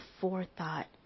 forethought